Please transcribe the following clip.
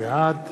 בעד